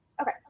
okay